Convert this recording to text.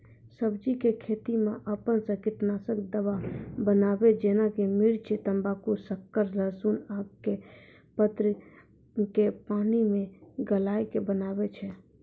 सब्जी के खेती मे अपन से कीटनासक दवा बनाबे जेना कि मिर्च तम्बाकू शक्कर लहसुन आक के पत्र के पानी मे गलाय के बनाबै छै?